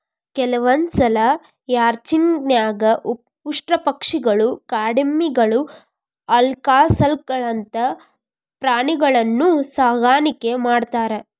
ಕೆಲವಂದ್ಸಲ ರ್ಯಾಂಚಿಂಗ್ ನ್ಯಾಗ ಉಷ್ಟ್ರಪಕ್ಷಿಗಳು, ಕಾಡೆಮ್ಮಿಗಳು, ಅಲ್ಕಾಸ್ಗಳಂತ ಪ್ರಾಣಿಗಳನ್ನೂ ಸಾಕಾಣಿಕೆ ಮಾಡ್ತಾರ